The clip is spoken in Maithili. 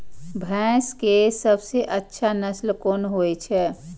भैंस के सबसे अच्छा नस्ल कोन होय छे?